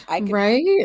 Right